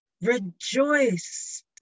rejoice